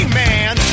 man